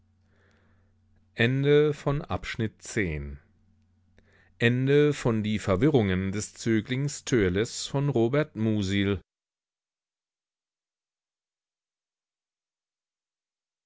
die verwirrungen des zöglings törleß by robert